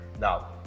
now